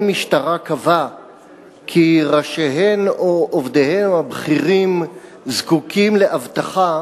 משטרה קבע כי ראשיהן או עובדיהן הבכירים זקוקים לאבטחה